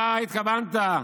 מה התכוונת,